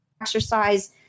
exercise